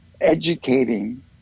educating